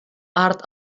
art